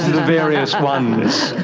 various ones.